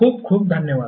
खूप खूप धन्यवाद